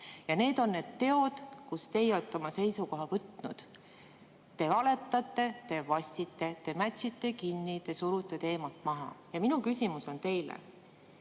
Need on need teod, mille puhul teie olete oma seisukoha võtnud. Te valetate, te vassite, te mätsite kinni, te surute teemat maha. Minu küsimus on teile: